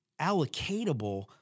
allocatable